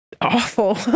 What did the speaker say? awful